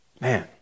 Man